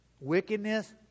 wickedness